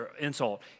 insult